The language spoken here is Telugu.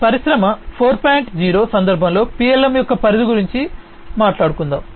0 సందర్భంలో PLM యొక్క పరిధి గురించి మాట్లాడుదాం